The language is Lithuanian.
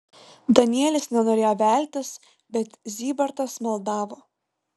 danielis nenorėjo veltis bet zybartas maldavo